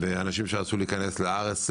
ואנשים שרצו להיכנס לארץ.